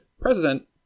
President